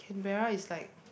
Canberra is like